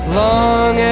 long